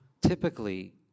typically